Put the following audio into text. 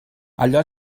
allò